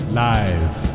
live